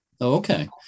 Okay